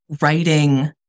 writing